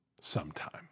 Sometime